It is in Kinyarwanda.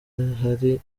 ahari